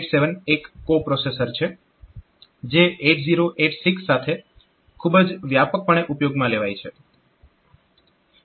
8087 એક coprocessor છે જે 8086 સાથે ખૂબ જ વ્યાપકપણે ઉપયોગમાં લેવાય છે